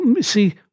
see